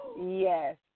Yes